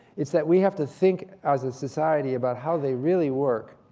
it's that we have to think as a society about how they really work.